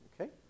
Okay